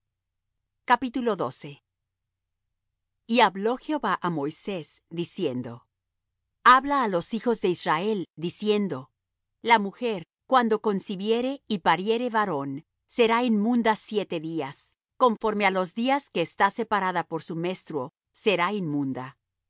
pueden comer y hablo jehová á moisés diciendo habla á los hijos de israel diciendo la mujer cuando concibiere y pariere varón será inmunda siete días conforme á los días que está separada por su menstruo será inmunda